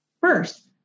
first